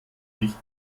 nicht